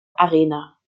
arena